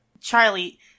Charlie